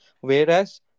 Whereas